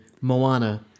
Moana